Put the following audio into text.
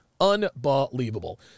Unbelievable